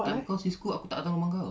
time kau CISCO aku tak datang rumah kau [tau]